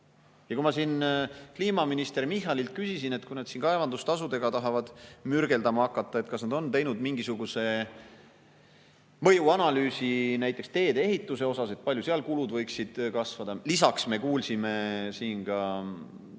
Ma siin kliimaminister Michalilt küsisin, et kui nad kaevandustasudega tahavad mürgeldama hakata, kas nad on siis teinud mingisuguse mõjuanalüüsi näiteks tee-ehituse kohta, kui palju seal kulud võiksid kasvada. Lisaks me kuulsime siin ka